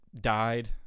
died